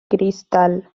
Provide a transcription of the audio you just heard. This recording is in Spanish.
cristal